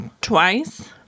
twice